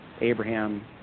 Abraham